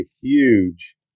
huge